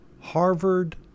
Harvard